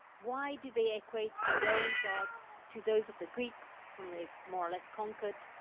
why did they equate their own gods to those of the greeks whom they more or less concurred.